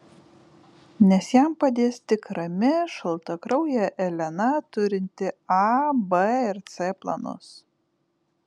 nes jam padės tik rami šaltakraujė elena turinti a b ir c planus